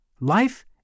Life